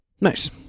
Nice